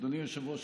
אדוני היושב-ראש,